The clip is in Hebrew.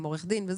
עם עורך דין.